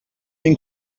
این